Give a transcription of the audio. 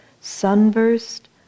sunburst